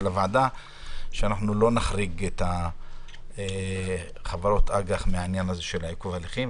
הוועדה היא שאנחנו לא נחריג את חברות האג"ח מעניין עיכוב הליכים.